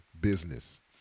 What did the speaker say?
business